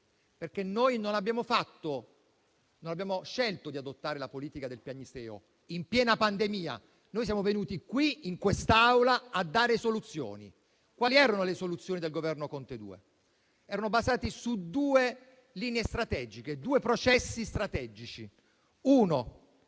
infatti non abbiamo scelto di adottare la politica del piagnisteo in piena pandemia, ma siamo venuti in quest'Aula a dare soluzioni. Quali erano le soluzioni del Governo Conte II? Erano basate su due linee strategiche, due processi strategici: in